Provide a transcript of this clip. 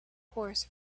horse